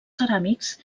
ceràmics